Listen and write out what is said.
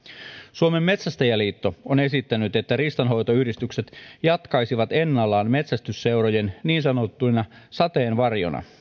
suomen metsästäjäliitto on esittänyt että riistanhoitoyhdistykset jatkaisivat ennallaan metsästysseurojen niin sanottuina sateenvarjoina